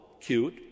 cute